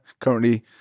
currently